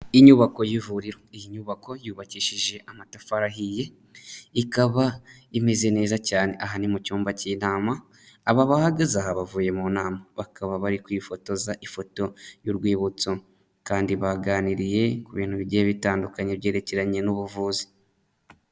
Inyubako y'ivuriro, iyi nyubako yubakishije amatafari ahiye, ikaba imeze neza cyane, aha ni mu cyumba cy'inama, aba bahagaze aha bavuye mu nama, bakaba bari kwifotoza ifoto y'urwibutso kandi baganiriye ku bintu bigiye bitandukanye byerekeranye n'ubuvuzi.